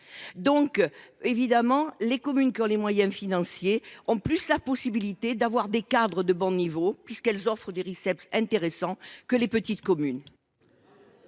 Donc évidemment les communes qui ont les moyens financiers. En plus la possibilité d'avoir des cadres de bon niveau, puisqu'elles offrent des intéressant que les petites communes.